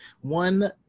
One